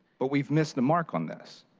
but we've missed the mark on this.